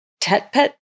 Tetpet